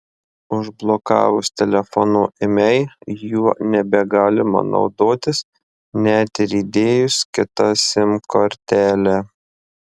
užblokavus telefono imei juo nebegalima naudotis net ir įdėjus kitą sim kortelę